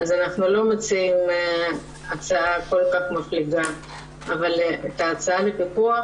אנחנו לא מציעים הצעה כל כך מפליגה אבל את ההצעה לפיקוח,